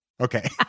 Okay